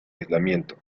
aislamiento